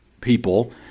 people